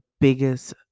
biggest